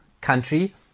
country